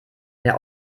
der